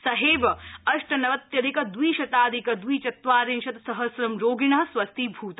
सहैव अष्टनवत्यधिक द्रिशताधिक द्रिचत्वारिशत् सहस्र रोगिण स्वस्थीभूता